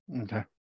Okay